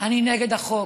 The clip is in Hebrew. אני נגד החוק,